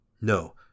No